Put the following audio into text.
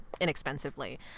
inexpensively